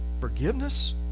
forgiveness